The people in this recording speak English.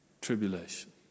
tribulation